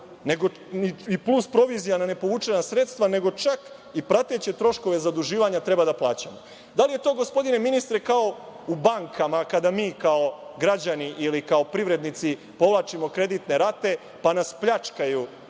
plus provizija na nepovučena sredstva, nego čak i prateće troškove zaduživanja treba da plaćamo. Da li je to, gospodine ministre, kao u bankama kada mi kao građani ili kao privrednici povlačimo kreditne rate, pa nas pljačkaju